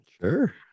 Sure